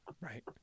Right